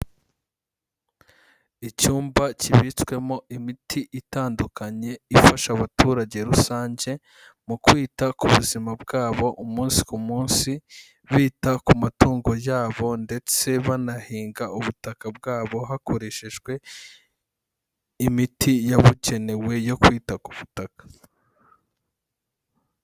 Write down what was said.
Icyumba kibitswemo imiti itandukanye ifasha abaturage rusange mu kwita ku buzima bwabo umunsi ku munsi, bita ku matungo yabo ndetse banahinga ubutaka bwabo hakoreshejwe imiti yabugenewe yo kwita k'ubutaka.